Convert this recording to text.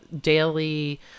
daily